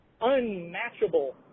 unmatchable